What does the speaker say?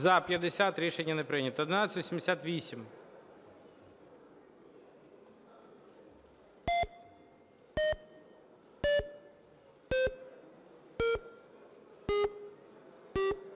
За-50 Рішення не прийнято. 1188.